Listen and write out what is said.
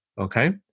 Okay